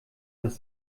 das